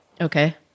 Okay